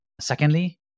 Secondly